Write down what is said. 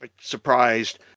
surprised